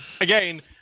again